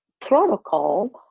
protocol